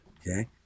Okay